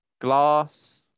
Glass